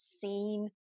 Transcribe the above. seen